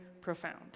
profound